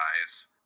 eyes